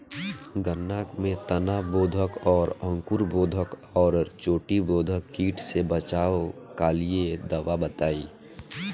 गन्ना में तना बेधक और अंकुर बेधक और चोटी बेधक कीट से बचाव कालिए दवा बताई?